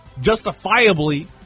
justifiably